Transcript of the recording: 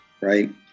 right